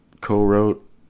co-wrote